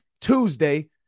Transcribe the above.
tuesday